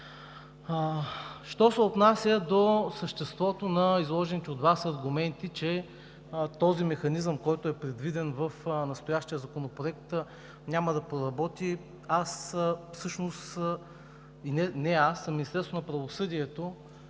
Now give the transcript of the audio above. Що се отнася до съществото на изложените от Вас аргументи, че този механизъм, който е предвиден в настоящия законопроект, няма да проработи. Министерството на правосъдието